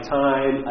time